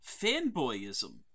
fanboyism